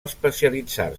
especialitzar